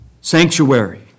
sanctuary